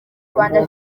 rwanda